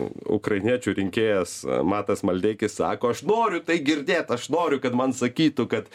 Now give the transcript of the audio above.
ukrainiečių rinkėjas matas maldeikis sako aš noriu tai girdėt aš noriu kad man sakytų kad